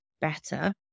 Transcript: better